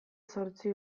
zortzi